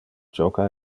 joca